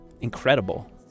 incredible